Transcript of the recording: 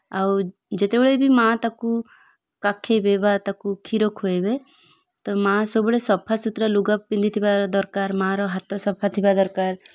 ଆଉ ଯେତେବେଳେ ବି ମା' ତାକୁ କାଖେଇବେ ବା ତାକୁ କ୍ଷୀର ଖୁଆଇବେ ତ ମା' ସବୁବେଳେ ସଫା ସୁୁତୁରା ଲୁଗା ପିନ୍ଧିଥିବା ଦରକାର ମାଆର ହାତ ସଫା ଥିବା ଦରକାର